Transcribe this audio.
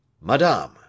Madame